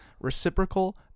Reciprocal